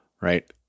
right